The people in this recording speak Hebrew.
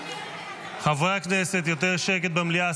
חברי הכנסת, יותר שקט במליאה.